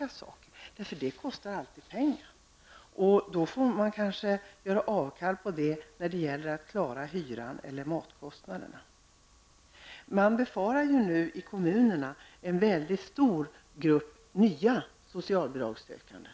Att utnyttja umgängesrätten kostar alltid pengar, och då får man kanske avstå från detta för att klara hyran eller matkostnaderna. Man befarar nu i kommunerna att det skall komma en mycket stor grupp nya socialbidragssökande.